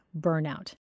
Burnout